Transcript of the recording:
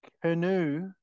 Canoe